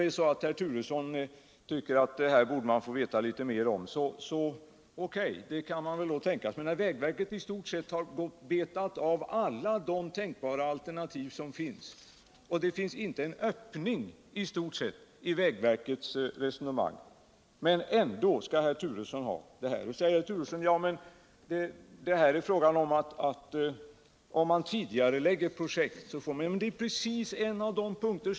Fastän vägverket i stort sett har betat av alla tänkbara alternativ och det inte finns någon öppning i vägverkets resonemang, skall herr Turesson ändå ha denna nya utredning. Herr Turesson säger att det endast är fråga om en tidigareläggning av projekt.